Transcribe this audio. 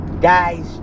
guys